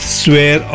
swear